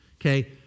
Okay